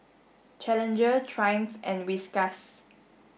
Challenger Triumph and Whiskas